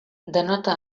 denota